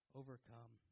overcome